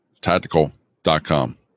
tactical.com